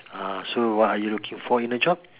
ah so what are you looking for in a job